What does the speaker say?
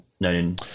known